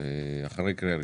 ואפשר אחרי קריאה ראשונה.